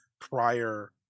prior